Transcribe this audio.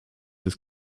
this